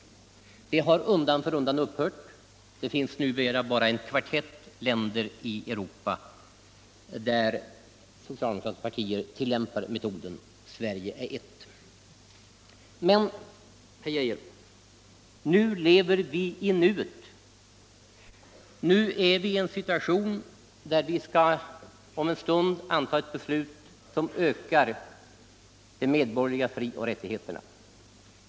Detta har emellertid undan för undan upphört. Numera finns det bara en kvartett länder i Europa där socialistiska partier tillämpar den metoden. Sverige är ett. Men, herr Geijer, nu lever vi i en annan tid. Och nu står vi i den situationen att vi här om en stund skall anta ett beslut som ökar de medborgerliga !rioch rättigheterna.